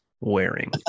wearing